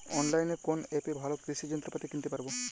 অনলাইনের কোন অ্যাপে ভালো কৃষির যন্ত্রপাতি কিনতে পারবো?